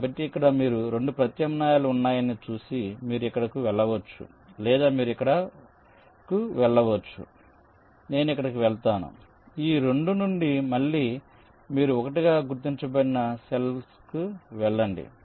కాబట్టి ఇక్కడ మీరు 2 ప్రత్యామ్నాయాలు ఉన్నాయని చూసి మీరు ఇక్కడకు వెళ్ళవచ్చు లేదా మీరు ఇక్కడకు వెళ్ళవచ్చు నేను ఇక్కడకు వెళ్తాను ఈ 2 నుండి మళ్ళీ మీరు 1 గా గుర్తించబడిన సెల్కు వెళ్ళండి